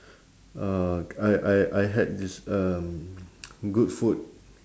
uh I I I had this um good food